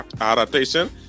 adaptation